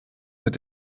mit